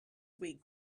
week